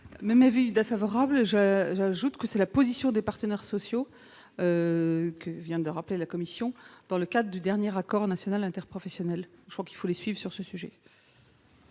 Même avis défavorable. J'ajoute que c'est la position des partenaires sociaux que vient de rappeler Mme la rapporteur, adoptée dans le cadre du dernier accord national interprofessionnel. Je crois qu'il faut les suivre sur ce sujet.